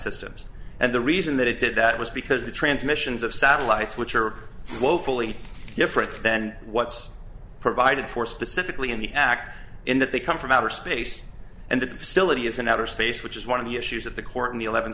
systems and the reason that it did that was because the transmissions of satellites which are woefully different than what's provided for specifically in the act in that they come from outer space and the facility is in outer space which is one of the issues that the court in the eleventh